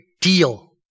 deal